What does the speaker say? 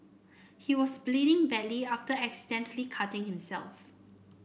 he was bleeding badly after accidentally cutting himself